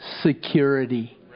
security